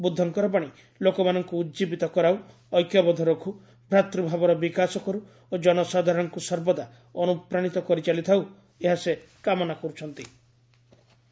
ବୁଦ୍ଧଙ୍କର ବାଣୀ ଲୋକମାନଙ୍କୁ ଉଜିବିତ କରାଉ ଏକ୍ୟବଦ୍ଧ ରଖୁ ଭ୍ରାତୃଭାବର ବିକାଶ କରୁ ଓ ଜନସାଧାରଣଙ୍କୁ ସର୍ବଦା ଅନୁପ୍ରାଣିତ କରିଚାଲିଥାଉ ଏହା ସେ କାମନା କର୍ ଚ୍ଚନ୍ତି